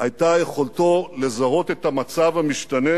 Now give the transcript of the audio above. היתה יכולתו לזהות את המצב המשתנה